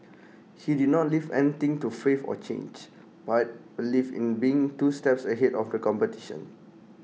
he did not leave anything to faith or chance but believed in being two steps ahead of the competition